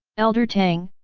elder tang,